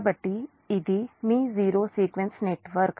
కాబట్టి ఇది మీ జీరో సీక్వెన్స్ నెట్వర్క్